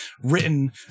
written